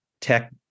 tech